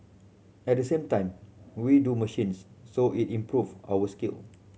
at the same time we do machines so it improve our skill